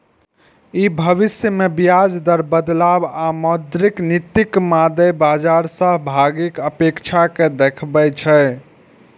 ई भविष्य मे ब्याज दर बदलाव आ मौद्रिक नीतिक मादे बाजार सहभागीक अपेक्षा कें देखबै छै